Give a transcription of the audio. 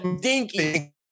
dinky